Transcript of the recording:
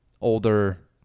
older